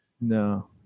no